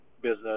business